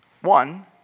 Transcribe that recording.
One